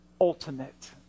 ultimate